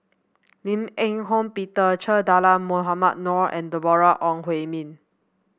Lim Eng Hock Peter Che Dah Mohamed Noor and Deborah Ong Hui Min